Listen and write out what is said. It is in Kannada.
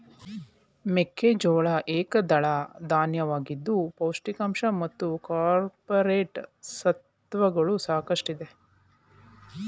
ಮೆಕ್ಕೆಜೋಳ ಏಕದಳ ಧಾನ್ಯವಾಗಿದ್ದು ಪೋಷಕಾಂಶ ಮತ್ತು ಕಾರ್ಪೋರೇಟ್ ಸತ್ವಗಳು ಸಾಕಷ್ಟಿದೆ